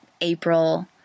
April